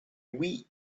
wii